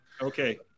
Okay